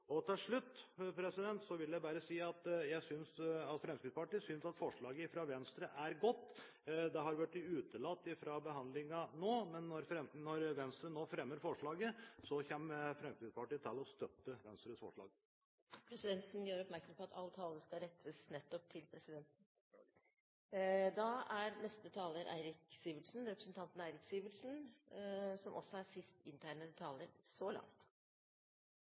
Til slutt vil jeg bare si at Fremskrittspartiet synes at forslaget fra Venstre er godt. Det er blitt utelatt fra behandlingen nå, men når nå Venstre fremmer forslaget, kommer Fremskrittspartiet til å støtte det. Presidenten gjør oppmerksom på at all tale skal rettes til presidenten. Da er neste taler Eirik Sivertsen. Representanten Eirik Sivertsen er sist inntegnede taler så langt.